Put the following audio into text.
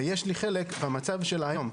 ויש לי חלק במצב שלה היום.